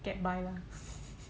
get by lah